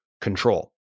control